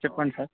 చెప్పండి సార్